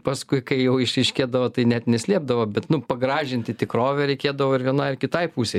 paskui kai jau išryškėdavo tai net neslėpdavo bet nu pagražinti tikrovę reikėdavo ir vienai kitai pusė